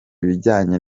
ibijyanye